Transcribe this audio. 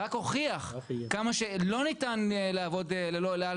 רק הוכיח כמה שלא ניתן לעבוד ללא אל על